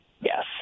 Yes